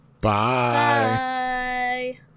Bye